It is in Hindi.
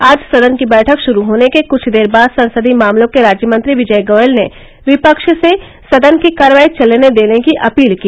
आज सदन की बैठक शुरू होने के कुछ देर बाद संसदीय मामलों के राज्यमंत्री विजय गोयल ने विपक्ष से सदन की कार्यवाही चलने देने की अपील की